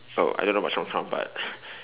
oh I don't know what's front part